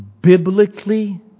biblically